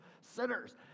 sinners